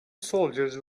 soldiers